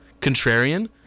contrarian